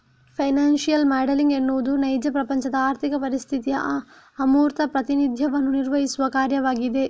financial modelling ಎನ್ನುವುದು ನೈಜ ಪ್ರಪಂಚದ ಆರ್ಥಿಕ ಪರಿಸ್ಥಿತಿಯ ಅಮೂರ್ತ ಪ್ರಾತಿನಿಧ್ಯವನ್ನು ನಿರ್ಮಿಸುವ ಕಾರ್ಯವಾಗಿದೆ